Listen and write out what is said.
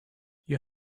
you